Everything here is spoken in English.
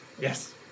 Yes